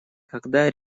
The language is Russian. когда